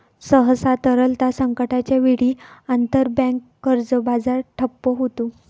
सहसा, तरलता संकटाच्या वेळी, आंतरबँक कर्ज बाजार ठप्प होतो